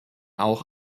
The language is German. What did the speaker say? auch